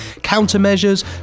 Countermeasures